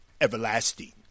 Everlasting